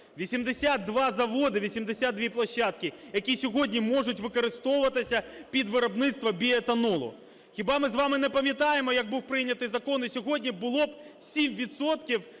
дві площадки, які сьогодні можуть використовуватися під виробництво біоетанолу. Хіба ми з вами не пам'ятаємо, як був прийнятий закон? І сьогодні було б